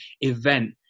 event